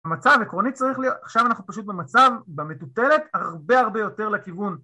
המצב עקרוני צריך להיות, עכשיו אנחנו פשוט במצב במטוטלת הרבה הרבה יותר לכיוון